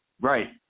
Right